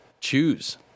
Choose